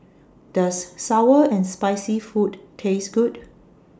Does Sour and Spicy Food Taste Good